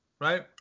right